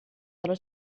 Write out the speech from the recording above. dalla